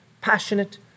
passionate